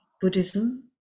Buddhism